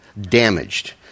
damaged